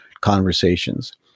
conversations